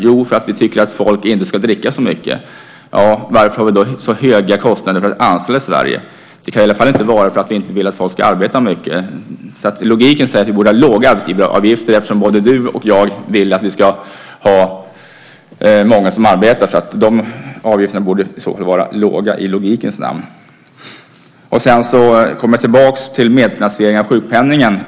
Jo, därför att vi tycker att folk inte ska dricka så mycket. Varför har vi då så höga kostnader för att anställa i Sverige? Det kan i alla fall inte vara för att vi inte vill att folk ska arbeta mycket. Logiken säger alltså att vi borde ha låga arbetsgivaravgifter eftersom både du och jag vill att vi ska ha många som arbetar. Dessa avgifter borde alltså vara låga i logikens namn. Jag återkommer till frågan om medfinansieringen av sjukpenningen.